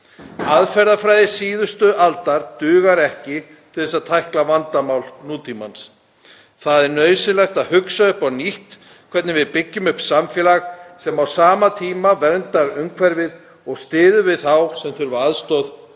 Aðferðafræði síðustu aldar dugar ekki til að tækla vandamál nútímans. Það er nauðsynlegt að hugsa upp á nýtt hvernig við byggjum upp samfélag sem verndar á sama tíma umhverfið og styður við þá sem þurfa aðstoð